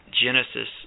Genesis